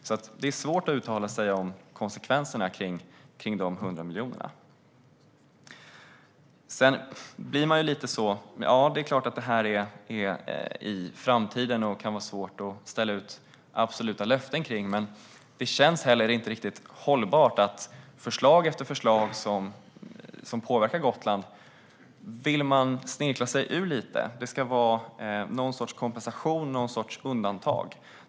Därför är det svårt att uttala sig om konsekvenserna kring dessa 100 miljoner. Det är klart att det här ligger i framtiden och att det kan vara svårt att ställa ut absoluta löften kring det. Men det känns heller inte riktigt hållbart att man lite grann vill snirkla sig ur förslag efter förslag som påverkar Gotland. Det ska vara någon sorts kompensation, någon sorts undantag.